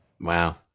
Wow